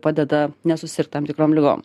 padeda nesusirgt tam tikrom ligom